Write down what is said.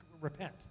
repent